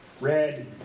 red